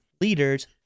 leaders